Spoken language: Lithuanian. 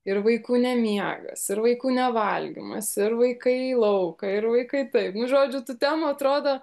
ir vaikų ne miegas ir vaikų nevalgymas ir vaikai į lauką ir vaikai taip nu žodžiu tų temų atrodo